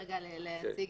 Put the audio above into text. כרגע לעגן,